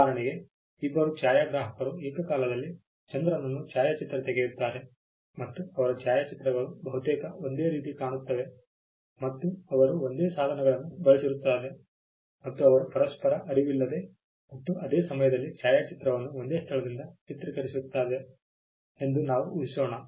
ಉದಾಹರಣೆಗೆ ಇಬ್ಬರು ಛಾಯಾಗ್ರಾಹಕರು ಏಕಕಾಲದಲ್ಲಿ ಚಂದ್ರನನ್ನು ಛಾಯಾಚಿತ್ರ ತೆಗೆಯುತ್ತಾರೆ ಮತ್ತು ಅವರ ಛಾಯಾಚಿತ್ರಗಳು ಬಹುತೇಕ ಒಂದೇ ರೀತಿ ಕಾಣುತ್ತವೆ ಮತ್ತು ಅವರು ಒಂದೇ ಸಾಧನಗಳನ್ನು ಬಳಸಿರುತ್ತಾರೆ ಮತ್ತು ಅವರು ಪರಸ್ಪರ ಅರಿವಿಲ್ಲದೆ ಮತ್ತು ಅದೇ ಸಮಯದಲ್ಲಿ ಛಾಯಾಚಿತ್ರವನ್ನು ಒಂದೇ ಸ್ಥಳದಿಂದ ಚಿತ್ರೀಕರಿಸಿರುತ್ತಾರೆ ಎಂದು ನಾವು ಊಹಿಸೋಣ